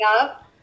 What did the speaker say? up